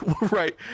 Right